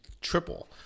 triple